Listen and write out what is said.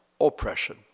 oppression